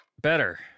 better